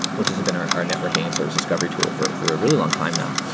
which has been our networking and service discovery tool for for a really long time now.